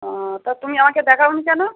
ও তা তুমি আমাকে দেখাওনি কেন